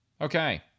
Okay